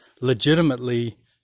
legitimately